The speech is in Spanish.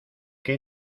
qué